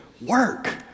work